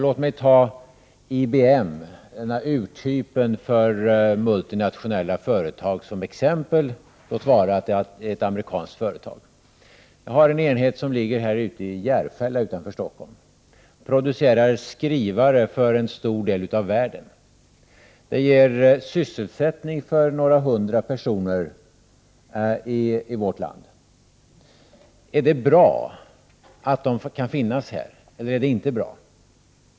Låt mig ta IBM, urtypen för multinationella företag, som exempel — låt vara att det är ett amerikanskt företag. IBM har en enhet i Järfälla utanför Stockholm. IBM producerar skrivare för en stor del av världen och ger sysselsättning för några hundra personer i vårt land. Är det bra att det kan finnas här, eller är det inte bra?